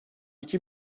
iki